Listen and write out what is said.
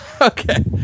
Okay